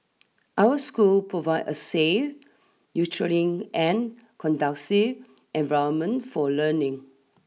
our school provide a safe nurturing and conducive environment for learning